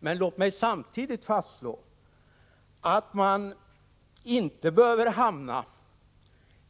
Låt mig emellertid samtidigt slå fast att man här inte behöver hamna